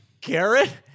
Garrett